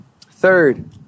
Third